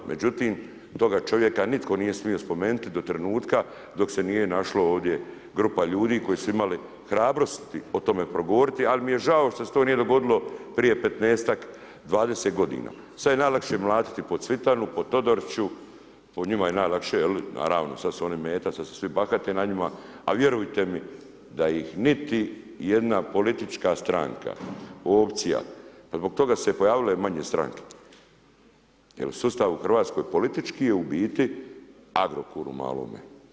Međutim, toga čovjeka, nitko nije smijo spomenuti, do trenutka, dok se nije našlo ovdje grupa ljudi, koji su imali hrabrosti o tome progovoriti, ali mi je žao što se to nije dogodilo prije 15, 20 g. Sada je najlakše mlatiti po Cvitanu, po Todoriću, po njima je najlakše, jer, naravno, sada su oni meta, sada se svi bahate na njima, a vjerujte mi, da ih niti jedna politička stranka, opcija, zbog toga su se pojavile manje stranke, jer sustav u Hrvatskoj, politički u biti Agrokor u malom.